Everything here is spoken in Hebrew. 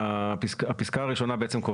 לפי התמ"א הקיימת מוסיפים שתיים וחצי או שלוש